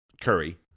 Curry